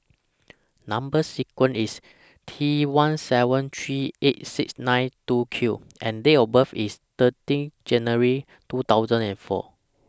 Number sequence IS T one seven three eight six nine two Q and Date of birth IS thirty January two thousand and four